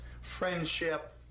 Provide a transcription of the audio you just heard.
Friendship